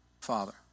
Father